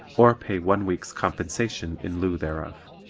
or pay one week's compensation in lieu thereof.